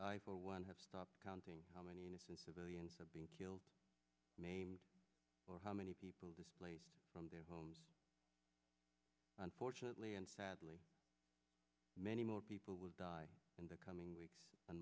i for one have stopped counting how many innocent civilians have been killed maimed or how many people displaced from their homes unfortunately and sadly many more people will die in the coming weeks and